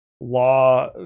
law